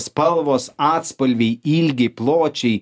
spalvos atspalviai ilgiai pločiai